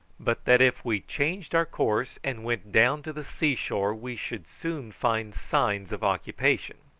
but that if we changed our course and went down to the sea-shore we should soon find signs of occupation.